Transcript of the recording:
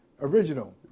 original